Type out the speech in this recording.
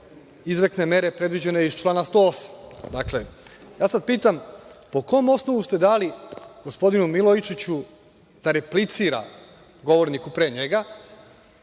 izrekne mere predviđene iz člana 108.Sada pitam – po kom osnovu ste dali gospodinu Milojičiću da replicira govorniku pre njega?